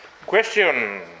question